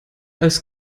als